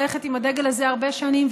הולכת עם הדגל הזה הרבה שנים,